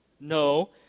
No